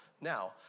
now